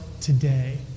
today